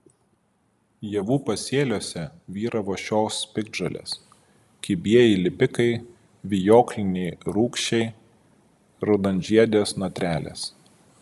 javų pasėliuose vyravo šios piktžolės kibieji lipikai vijokliniai rūgčiai raudonžiedės notrelės